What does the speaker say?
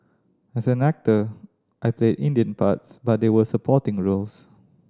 as an actor I played Indian parts but they were supporting role